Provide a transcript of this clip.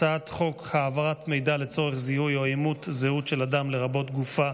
הצעת חוק העברת מידע לצורך זיהוי או אימות של אדם לרבות גופה,